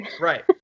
Right